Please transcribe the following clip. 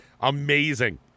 Amazing